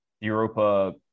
Europa